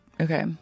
Okay